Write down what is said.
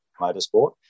motorsport